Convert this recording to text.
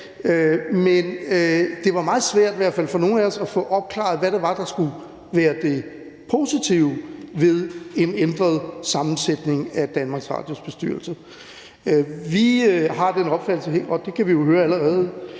i hvert fald meget svært for nogle af os at få opklaret, hvad det var, der skulle være det positive ved en ændret sammensætning af DR's bestyrelse. Vi har den opfattelse, modsat Liberal Alliance